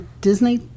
Disney